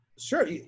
Sure